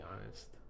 honest